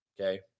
okay